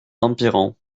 empirant